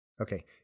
Okay